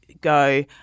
Go